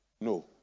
No